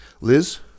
Liz